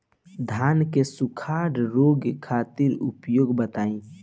धान के सुखड़ा रोग खातिर उपाय बताई?